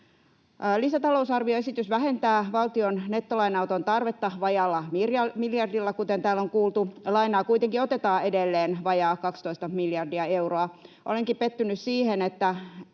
Lisätalousarvioesitys vähentää valtion nettolainanoton tarvetta vajaalla miljardilla, kuten täällä on kuultu. Lainaa kuitenkin otetaan edelleen vajaa 12 miljardia euroa. Olenkin pettynyt siihen, että